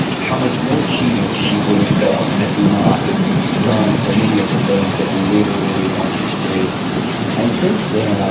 how much more cheated she would have felt had we not done so many of the things that we really, really wanted to do and since then,